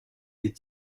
les